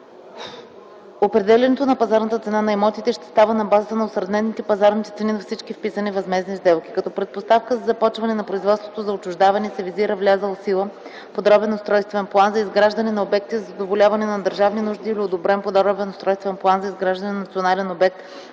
Определянето на пазарната цена на имотите ще става на базата на осреднените пазарни цени от всички вписани възмездни сделки. Като предпоставка за започване на производството за отчуждаване се визира влязъл в сила подробен устройствен план за изграждане на обекти за задоволяване на държавни нужди или одобрен подробен устройствен план за изграждане на национален обект,